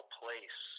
place